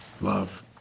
love